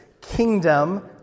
kingdom